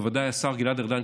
ובוודאי השר גלעד ארדן,